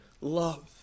love